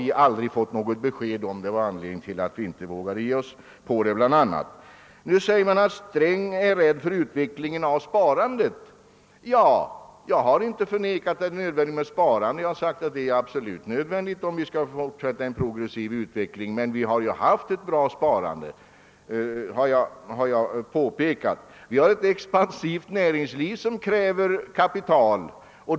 Vi har aldrig fått något besked på denna punkt och det var en av anledningarna till att vi inte vågade slå in på den vägen. Det yttrades att herr Sträng är rädd för utvecklingen av sparandet. Jag har inte förnekat, att det är nödvändigt med ett sparande, utan har tvärtom framhållit, att det är absolut nödvändigt för en fortsatt progressiv utveckling, men jag påpekade att sparandet tidigare har varit tillfredsställande. Vi har ett expansivt näringsliv som kräver kapital.